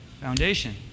foundation